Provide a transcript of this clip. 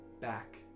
back